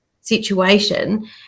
situation